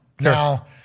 now